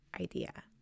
idea